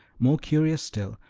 more curious still,